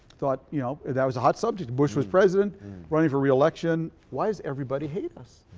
thought you know that was a hot subject. bush was president running for re-election. why does everybody hate us?